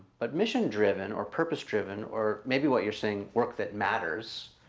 but mission driven or purpose driven or maybe what you're saying work that matters?